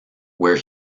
where